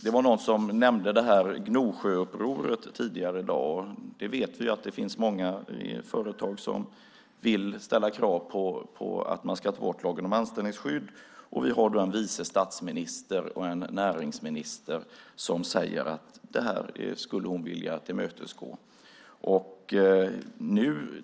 Det var någon som nämnde Gnosjöupproret tidigare i dag, och vi vet att det finns många företag som vill ställa krav på att man ska ta bort lagen om anställningsskydd. Och vi har en vice statsminister och näringsminister som säger att det skulle hon vilja tillmötesgå.